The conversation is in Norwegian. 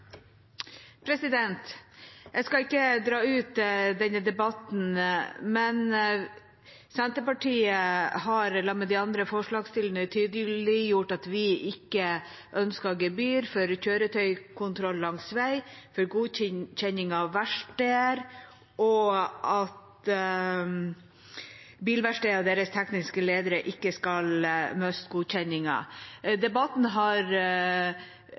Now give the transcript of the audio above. Jeg skal ikke dra ut denne debatten, men Senterpartiet har, sammen med de andre forslagsstillerne, tydeliggjort at vi ikke ønsker gebyr for kjøretøykontroll langs vei og for godkjenning av verksteder, og at bilverksteders tekniske ledere ikke skal miste godkjenningen. Debatten har